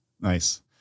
nice